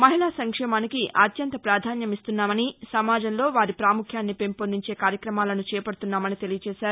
మహిళా సంక్షేమానికి అత్యంత పాధాన్యమిస్తున్నామని సమాజంలో వారి పాముఖ్యాన్ని పెంపొందించే కార్యక్రమాలను చేపడుతున్నామని తెలిపారు